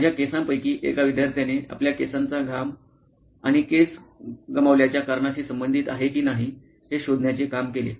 माझ्या केसांपैकी एका विद्यार्थ्याने आपल्या केसांचा घाम घाम आणि केस गमावल्याच्या कारणाशी संबंधित आहे की नाही हे शोधण्याचे काम केले